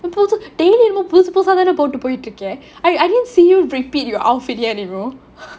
also daily என்னமோ புதுசு புதுசா தானே போட்டு போயிட்டு இருக்கே:enamo puthusu puthusaa thaane pottu poittu irukke I I didn't see you repeat your outfit yet you know